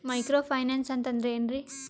Micro finance ಅಂತಂದ್ರ ಏನ್ರೀ?